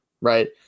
Right